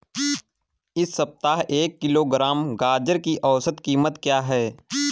इस सप्ताह एक किलोग्राम गाजर की औसत कीमत क्या है?